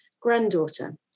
granddaughter